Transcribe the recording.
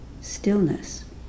stillness